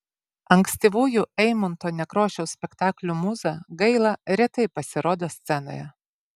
ankstyvųjų eimunto nekrošiaus spektaklių mūza gaila retai pasirodo scenoje